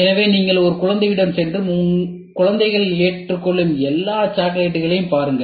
எனவே நீங்கள் ஒரு குழந்தையிடம் சென்று குழந்தைகள் ஏற்றுக்கொள்ளும் எல்லா சாக்லேட்டுகளையும் பாருங்கள்